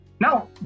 now